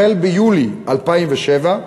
החל ביולי 2007,